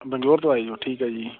ਬੋਂਜੌਰ ਤੋਂ ਆਏ ਹੋ ਜੀ ਠੀਕ ਹੈ ਜੀ